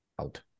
out